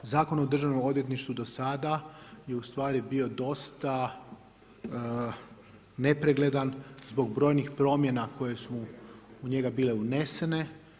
Zakon o Državnom odvjetništvu do sada je u stvari bio dosta nepregledan zbog brojnih promjena koje su u njega bile unesene.